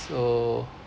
so